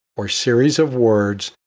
or series of words,